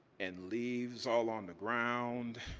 and leaves all on the ground,